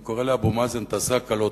אני קורא לאבו מאזן: תעשה הקלות,